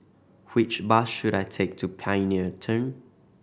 which bus should I take to Pioneer Turn